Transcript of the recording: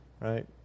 Right